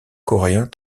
coréens